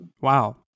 Wow